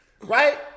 right